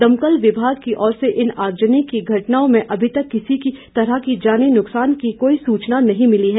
दमकल विभाग की ओर से इन आगजनी की घटनाओं में अभी तक किसी भी तरह के जानी नुक्सान की कोई सूचना नहीं मिली है